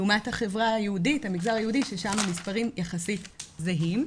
לעומת המגזר היהודי ששם המספרים יחסית זהים,